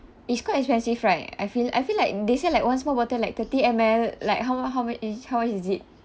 it's quite expensive right I feel I feel like they say like one small bottle like thirty M_L like how how mu~ is how much is it